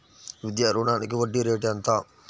విద్యా రుణానికి వడ్డీ రేటు ఎంత?